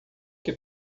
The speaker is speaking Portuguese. que